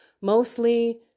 mostly